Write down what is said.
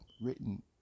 written